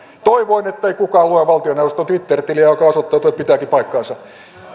toivoen ettei kukaan lue valtioneuvoston twitter tiliä joka osoittautuu pitävänkin paikkansa